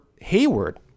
Hayward